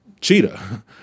cheetah